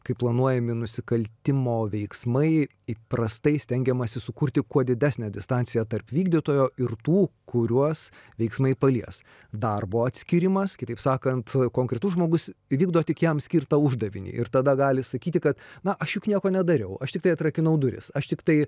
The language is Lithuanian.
kai planuojami nusikaltimo veiksmai įprastai stengiamasi sukurti kuo didesnę distanciją tarp vykdytojo ir tų kuriuos veiksmai palies darbo atskyrimas kitaip sakant konkretus žmogus įvykdo tik jam skirtą uždavinį ir tada gali sakyti kad na aš juk nieko nedariau aš tiktai atrakinau duris aš tiktai